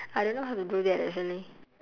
I don't know how to do that actually